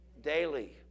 Daily